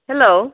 hello